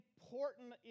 important